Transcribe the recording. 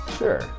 sure